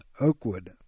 Oakwood